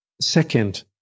Second